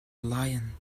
lion